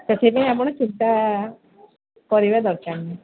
ସେଥିପାଇଁ ଆପଣ ଚିନ୍ତା କରିବା ଦରକାର ନାହିଁ